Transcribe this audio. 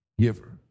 giver